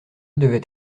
devait